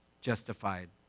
justified